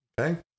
Okay